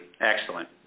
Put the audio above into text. Excellent